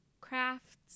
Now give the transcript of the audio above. crafts